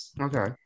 Okay